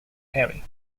parry